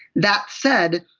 that said,